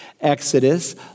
Exodus